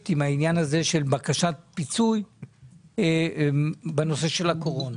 עם העניין הזה של בקשת פיצוי בנושא של הקורונה.